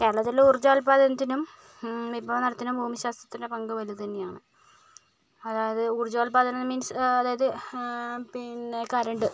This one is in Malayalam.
കേരളത്തിലെ ഊർജ്ജോത്പാദനത്തിനും വിഭവ നടത്തിനും ഭൂമിശാസ്ത്രത്തിൻ്റെ പങ്ക് വലുത് തന്നെയാണ് അതായത് ഊർജ്ജോൽപാദനം മീൻസ് അതായത് പിന്നെ കരണ്ട്